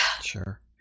Sure